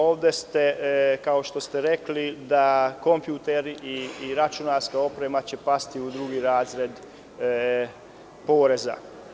Ovde će, kao što ste rekli, kompjuter i računarska oprema pasti u drugi razred poreza.